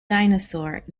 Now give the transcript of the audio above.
dinosaur